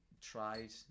tried